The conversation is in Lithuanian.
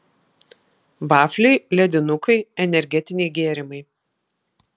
vafliai ledinukai energetiniai gėrimai